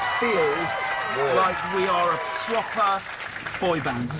feels like we're a boy band.